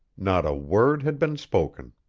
not a word had been spoken.